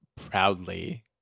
proudly